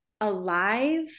alive